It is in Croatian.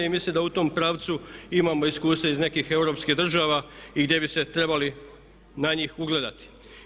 I mislim da u tom pravcu imamo iskustva iz nekih europskih država i gdje bi se trebali na njih ugledati.